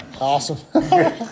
Awesome